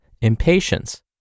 impatience